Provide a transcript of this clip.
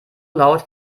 laut